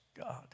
God